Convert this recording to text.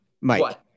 Mike